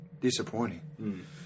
disappointing